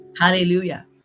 Hallelujah